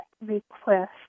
request